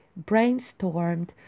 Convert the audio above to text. brainstormed